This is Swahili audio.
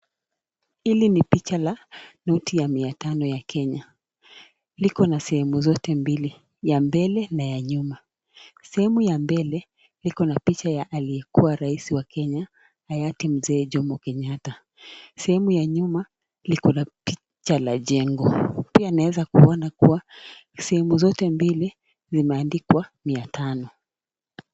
Hili ni picha la noti ya mia nne ya kenya liko na sehemu zote mbili ya mbele na ya nyuma. Sehemu ya mbele iko na picha ya aliyekuwa rais wa kenya hayati mzee jomo Kenyatta. Sehemu ya nyuma iko na picha la jengo. Pia naweza kuona sehemu zote mbili limeandikwa mia tano.